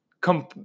come